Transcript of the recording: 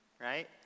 right